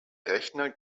rechner